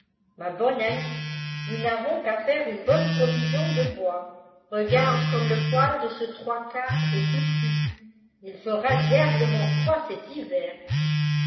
ma bonne amie nous n'avons qu'à foire une bonne provision de bois regarde comme le poil de ce trois quarts et touffu il fera diablement froid cet hiver